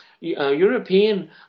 European